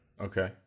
Okay